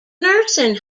nursing